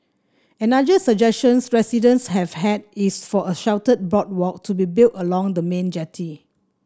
another suggestions residents have had is for a sheltered boardwalk to be built along the main jetty